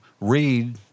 read